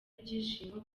ibyishimo